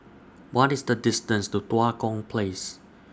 What IS The distance to Tua Kong Place